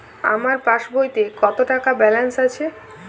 আমার পাসবইতে কত টাকা ব্যালান্স আছে?